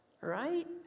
right